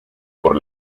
por